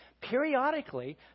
Periodically